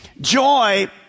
joy